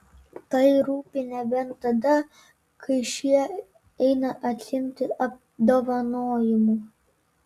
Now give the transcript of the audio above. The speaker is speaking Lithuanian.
tai rūpi nebent tada kai šie eina atsiimti apdovanojimų